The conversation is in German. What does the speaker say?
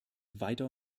weiter